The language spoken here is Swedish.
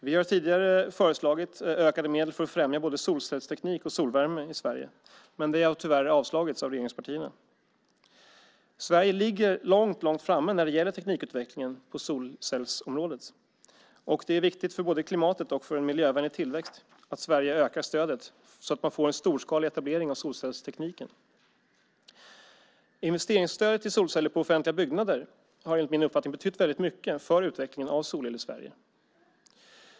Vi har tidigare föreslagit ökade medel för att främja både solcellsteknik och solvärme i Sverige. Men detta har tyvärr avslagits av regeringspartierna. Sverige ligger långt framme när det gäller teknikutvecklingen på solcellsområdet, och det är viktigt både för klimatet och för en miljövänlig tillväxt att Sverige ökar stödet, så att man får en storskalig etablering av solcellstekniken. Investeringsstöd till solceller på offentliga byggnader har enligt min uppfattning betytt väldigt mycket för utvecklingen av solel i Sverige.